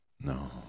No